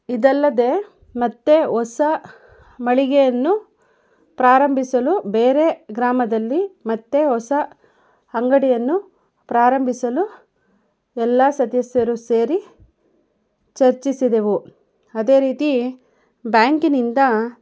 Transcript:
ಇದಲ್ಲದೆ ಮತ್ತೆ ಹೊಸ ಮಳಿಗೆಯನ್ನು ಪ್ರಾರಂಭಿಸಲು ಬೇರೆ ಗ್ರಾಮದಲ್ಲಿ ಮತ್ತೆ ಹೊಸ ಅಂಗಡಿಯನ್ನು ಪ್ರಾರಂಭಿಸಲು ಎಲ್ಲ ಸದಸ್ಯರು ಸೇರಿ ಚರ್ಚಿಸಿದೆವು ಅದೇ ರೀತಿ ಬ್ಯಾಂಕಿನಿಂದ